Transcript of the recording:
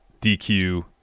DQ